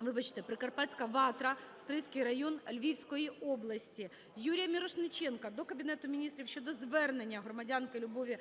вибачте, "Прикарпатська ватра" (Стрийський район Львівської області). Юрія Мірошниченка до Кабінету Міністрів щодо звернення громадянки Любові